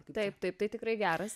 taip taip tai tikrai geras